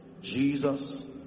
Jesus